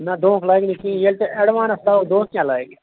نہَ دھوکہٕ لگہِ نہٕ کِہیٖنٛۍ ییٚلہِ ژےٚ ایٚڈوانٕس ترٛاوَکھ دھوکہٕ کیٛاہ لگہِ